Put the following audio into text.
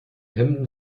hemden